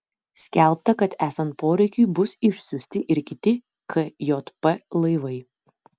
skelbta kad esant poreikiui bus išsiųsti ir kiti kjp laivai